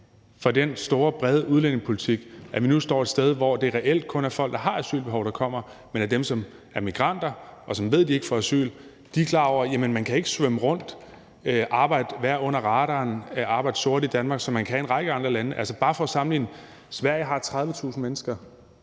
for den store, brede udlændingepolitik, at vi nu står et sted, hvor det reelt kun er folk, der har asylbehov, der kommer, men at dem, som er migranter, og som ved, at de ikke får asyl, er klar over, at man ikke kan gå under radaren og arbejde sort, som man kan i en række andre lande. Bare for at komme med en sammenligning